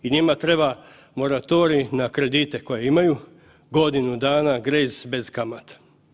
I njima treba moratorij na kredite koje imaju, godinu dana, Grace bez kamata.